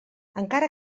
encara